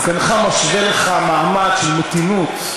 זקנך משווה לך מעמד של מתינות.